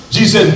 Jesus